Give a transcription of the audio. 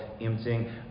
emptying